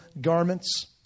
garments